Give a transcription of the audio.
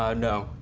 ah no.